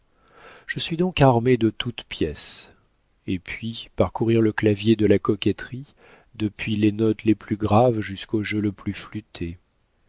je suis donc armée de toutes pièces et puis parcourir le clavier de la coquetterie depuis les notes les plus graves jusqu'au jeu le plus flûté